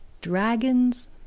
dragons